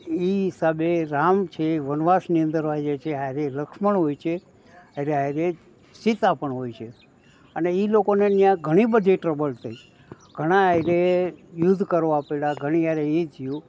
એ હિસાબે રામ છે એ વનવાસની અંદર વય જાય છે સાથે લક્ષ્મણ હોય છે સાથે સાથે સીતા પણ હોય છે અને એ લોકોને ત્યાં ઘણીબધી ટ્રબલ થઈ ઘણાં એણે યુદ્ધ કરવા પડ્યા ઘણાં સાથે એ થયું